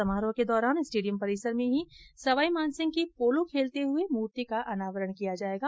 समरोह के दौरान स्टेडियम परिसर में ही सवाईमानसिंह की पोलो खेलते हुए मूर्ति का अनावरण किया जायेगा